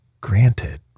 Granted